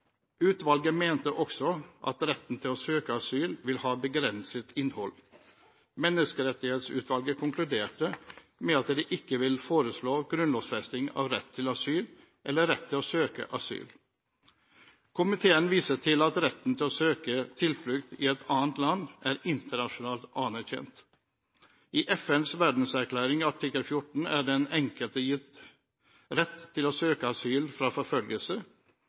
Utvalget mente også at retten til å søke asyl, vil ha begrenset innhold. Menneskerettighetsutvalget konkluderte med at det ikke ville foreslå «grunnlovsfesting av rett til asyl eller rett til å søke asyl». Komiteen viser til at retten til å søke tilflukt i et annet land er internasjonalt anerkjent. I FNs verdenserklæring artikkel 14 er den enkelte gitt rett til å søke asyl fra forfølgelse,